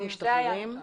זה הנתון